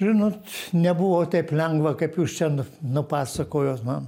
žinot nebuvo taip lengva kaip jūs čia nupasakojot man